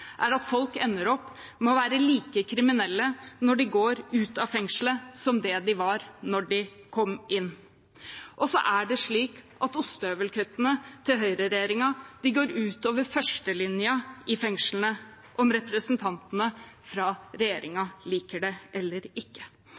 er at folk ender opp med å være like kriminelle når de går ut av fengslet som det de var da de kom inn. Og det er slik at ostehøvelkuttene til høyreregjeringen går ut over førstelinjen i fengslene – om representantene for regjeringen liker det eller ikke.